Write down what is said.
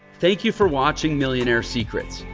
thank you for watching millionaire secrets.